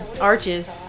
Arches